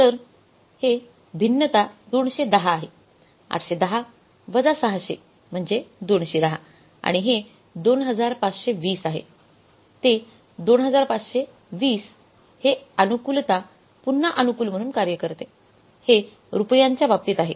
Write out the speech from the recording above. तर हे भिन्नता 210 आहे 810 वजा 600 म्हणजे 210 आणि हे 2520 आहे ते 2520 आहे आणि हे अनुकूलता पुन्हा अनुकूल म्हणून कार्य करतेहे रुपयांच्या बाबतीत आहे